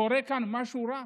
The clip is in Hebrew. קורה כאן משהו רע,